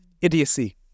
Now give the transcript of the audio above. idiocy